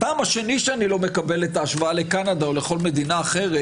הטעם השני שאיני מקבל את ההשוואה לקנדה או לכל מדינה אחרת